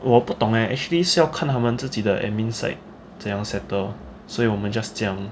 我不懂 leh actually 是要看他们自己的 admininstrative side 怎样 settle 所以我们 just 讲